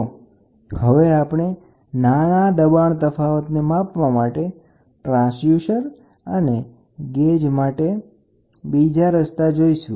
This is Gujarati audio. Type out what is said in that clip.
તો હવે આપણે નાના દબાણના તફાવતને માપવા માટે ટ્રાન્સડ્યુસર અને ગેજ બનાવવા માટે બીજી રીતો જોઈશું